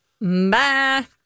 Bye